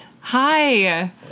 Hi